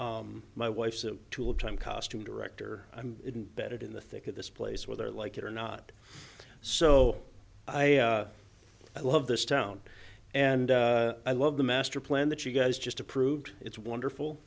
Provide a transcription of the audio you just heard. my wife's a tool time costume director i'm in bed in the thick of this place where they're like it or not so i love this town and i love the masterplan that you guys just approved it's wonderful